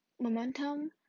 momentum